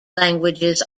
languages